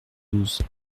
douze